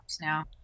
now